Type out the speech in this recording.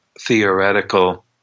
theoretical